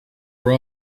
were